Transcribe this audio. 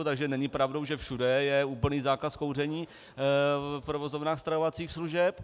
Takže není pravdou, že všude je úplný zákaz kouření v provozovnách stravovacích služeb.